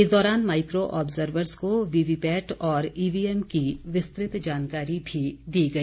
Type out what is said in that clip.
इस दौरान micro observers को वीवीपैट और ईवीएम की विस्तृत जानकारी भी दी गई